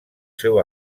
seu